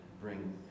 bring